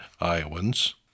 Iowans